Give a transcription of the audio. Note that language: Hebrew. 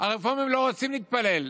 הרפורמים לא רוצים להתפלל.